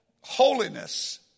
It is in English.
holiness